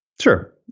Sure